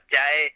day